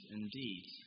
indeed